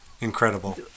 Incredible